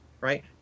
right